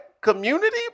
community